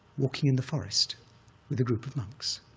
walking in the forest with a group of monks,